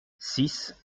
six